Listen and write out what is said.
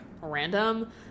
random